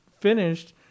finished